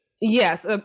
Yes